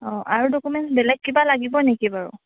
অঁ আৰু ডকুমেণ্টছ বেলেগ কিবা লাগিব নেকি বাৰু